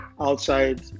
outside